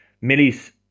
Millie's